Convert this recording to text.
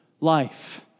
life